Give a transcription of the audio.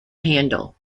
handel